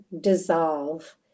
dissolve